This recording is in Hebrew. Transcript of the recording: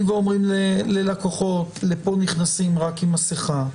ואומרים ללקוחות: לפה נכנסים רק עם מסכה.